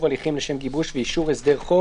הליכים לשם גיבוש ואישור הסדר חוב),